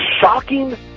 shocking